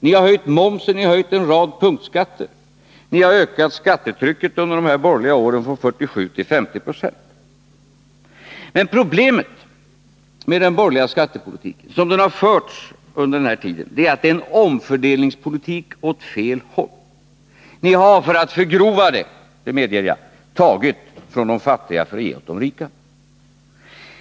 Ni har höjt momsen, ni har höjt en rad punktskatter, ni har ökat skattetrycket under de här borgerliga åren från 47 till 50 96. Men problemet med den borgerliga skattepolitiken, som den har förts under den här tiden, är att det är en omfördelningspolitik åt fel håll. Ni har— för att förgrova det, det medger jag — tagit från de fattiga för att ge åt de rika.